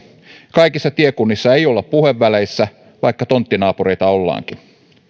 kaikissa tiekunnissa ei olla puheväleissä vaikka tonttinaapureita ollaankin